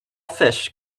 fish